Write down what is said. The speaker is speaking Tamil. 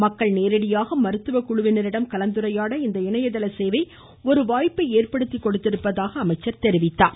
மக்கள் நேரடியாக மருத்துவக்குழுவினரிடம் கலந்துரையாட இந்த இணையதள சேவை ஒரு வாய்ப்பை ஏற்படுத்திக் கொடுத்திருப்பதாக அமைச்சர் தெரிவித்தார்